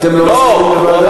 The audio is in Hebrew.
אתם לא רוצים ועדה?